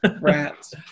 Rats